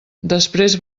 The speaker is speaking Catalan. després